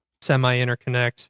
semi-interconnect